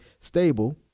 stable